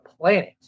planet